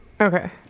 Okay